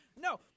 No